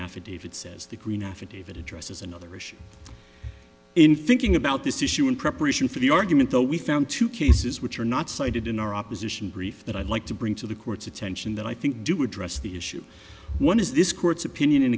affidavit says the green affidavit addresses another issue in finking about this issue in preparation for the argument though we found two cases which are not cited in our opposition brief that i'd like to bring to the court's attention that i think do address the issue one is this court's opinion in